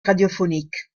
radiophonique